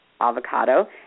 avocado